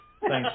Thanks